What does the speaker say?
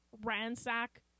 ransack